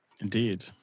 Indeed